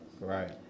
Right